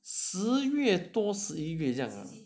十月多十一月这样